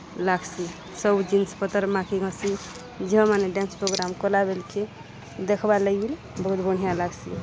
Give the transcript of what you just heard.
ଲାଗ୍ସି ସବୁ ଜିନିଷ୍ ପତର୍ ମାଖି ଘସି ଝିଅମାନେ ଡ୍ୟାନ୍ସ ପ୍ରୋଗ୍ରାମ୍ କଲାବେଲ୍କେ ଦେଖ୍ବାଲାଗି ବି ବହୁତ୍ ବଢ଼ିଆଁ ଲାଗ୍ସି